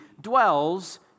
dwells